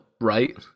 right